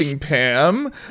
Pam